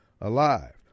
alive